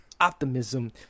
optimism